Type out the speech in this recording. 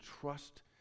trust